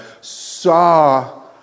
saw